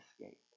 Escape